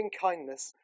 kindness